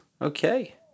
okay